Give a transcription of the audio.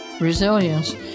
resilience